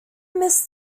missed